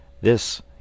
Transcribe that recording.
This